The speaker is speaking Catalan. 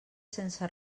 sense